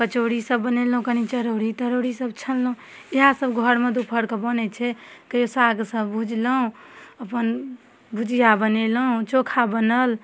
कचौड़ी सब बनेलहुँ कनी चरौरी तरौरी सब छनलहुँ इएह सब घरमे दोपहर कऽ बनय छै कहियो साग सब भुजलहुँ अपन भुजिया बनेलहुँ चोखा बनल